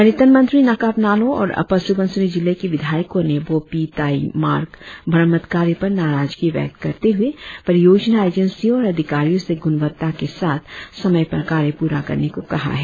पर्यटन मंत्री नाकाप नालो और अपर सूबनसिरी जिले के विधायकों ने बोपी ताई मार्ग मरम्मत कार्य पर नाराजगी व्यक्त करतेहुए परियोजना एजेंसियों और अधिकारियों से गुणवत्ता के साथ समय पर कार्य प्ररा करने को कहा है